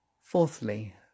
Fourthly